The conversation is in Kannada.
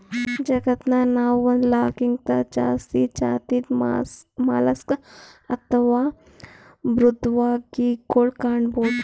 ಜಗತ್ತನಾಗ್ ನಾವ್ ಒಂದ್ ಲಾಕ್ಗಿಂತಾ ಜಾಸ್ತಿ ಜಾತಿದ್ ಮಲಸ್ಕ್ ಅಥವಾ ಮೃದ್ವಂಗಿಗೊಳ್ ಕಾಣಬಹುದ್